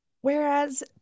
Whereas